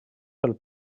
del